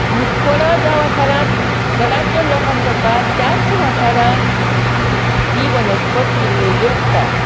मुतखोडो ज्या वाठारांत चडांत चड लोकांक जाता त्याच वाठारांत ती वनस्पत किल्लयिल्ली आसता